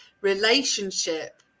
relationship